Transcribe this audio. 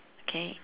okay